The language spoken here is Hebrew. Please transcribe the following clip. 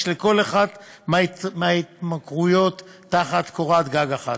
לכל אחת מההתמכרויות תחת קורת גג אחת.